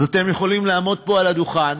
אז אתם יכולים לעמוד פה על הדוכן